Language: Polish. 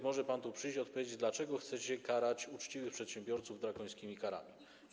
Może pan tu przyjść i odpowiedzieć, dlaczego chcecie karać uczciwych przedsiębiorców drakońskimi karami.